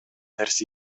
нерсе